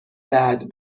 بعد